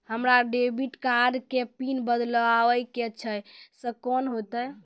हमरा debit card के pin बदलबावै के छैं से कौन होतै?